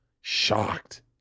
shocked